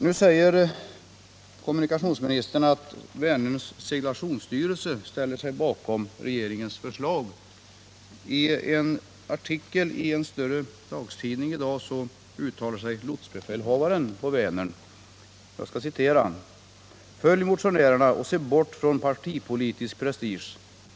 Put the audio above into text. Nu säger kommunikationsministern att Vänerns seglationsstyrelse ställer sig bakom regeringens förslag. I en artikel i en större dagstidning 203 uttalar sig lotsbefälhavaren på Vänern i dag enligt följande: ”- Följ motionärerna och se bort ifrån partipolitisk prestige ——-—.